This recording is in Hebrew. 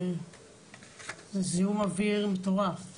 זיהום אוויר מטורף.